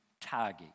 target